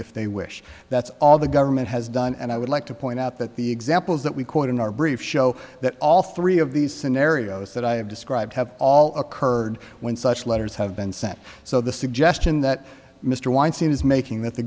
if they wish that's all the government has done and i would like to point out that the examples that we quote in our brief show that all three of these scenarios that i have described have all occurred when such letters have been sent so the suggestion that mr weinstein is making that the